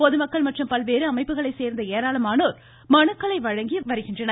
பொதுமக்கள் மற்றும் பல்வேறு அமைப்புகளை சேர்ந்த ஏராளமானோர் மனுக்களை வழங்கி வருகின்றனர்